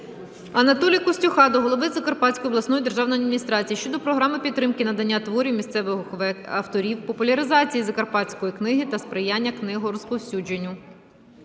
Анатолія Костюха до голови Закарпатської обласної державної адміністрації щодо Програми підтримки видання творів місцевих авторів, популяризації закарпатської книги та сприяння книгорозповсюдженню.